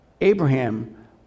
Abraham